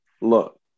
look